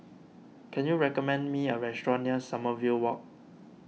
can you recommend me a restaurant near Sommerville Walk